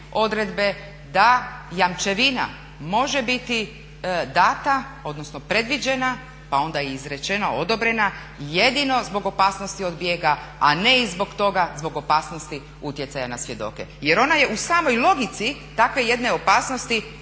odredbe da jamčevina može biti dana odnosno predviđena pa onda izrečena, odobrena jedino zbog opasnosti od bijega, a ne i zbog toga zbog opasnosti utjecaja na svjedoke jer ona je u samoj logici takve jedne opasnosti